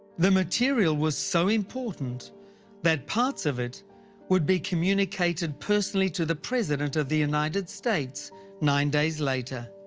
the material was so important that parts of it would be communicated personally to the president of the united states nine days later.